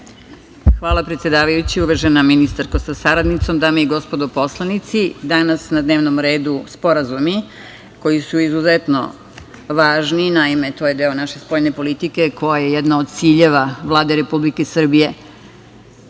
Hvala predsedavajući. Uvažena ministarko sa saradnicom, dame i gospodo poslanici, danas su na dnevnom redu sporazumi koji su izuzetno važni. Naime, to je deo naše spoljne politike, koja je jedna od ciljeva Vlade Republike Srbije. Pre